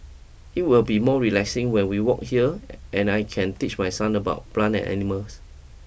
it will be more relaxing when we walk here and I can teach my son about plants and animals